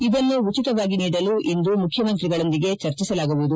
ಇದನ್ನು ಉಚಿತವಾಗಿ ನೀಡಲು ಇಂದು ಮುಖ್ಯಮಂತ್ರಿಗಳೊಂದಿಗೆ ಚರ್ಚಿಸಲಾಗುವುದು